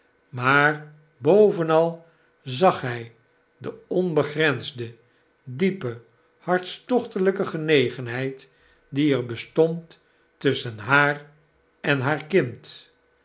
maar bovenal zag hij de onbegrensde diepe hartstochtelijke genegenheid die er bestond tusschen haar en haar kind